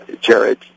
Jared